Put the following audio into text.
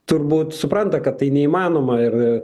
turbūt supranta kad tai neįmanoma ir